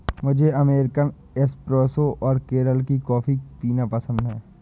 मुझे American espresso और केरल की कॉफी पीना पसंद है